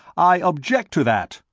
i object to that!